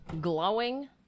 glowing